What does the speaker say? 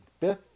fifth